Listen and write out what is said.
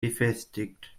befestigt